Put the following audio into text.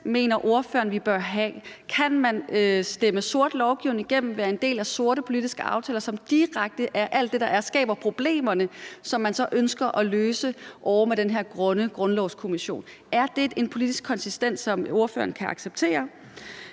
mener vi bør have, altså om man kan stemme sort lovgivning igennem og være en del af sorte politiske aftaler, som direkte er alt det, der skaber problemerne, som man så ønsker at løse med den her grønne grundlovskommission. Er det en politisk konsistens, som ordføreren kan acceptere?